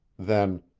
then,